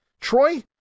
Troy